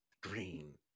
green